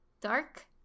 Dark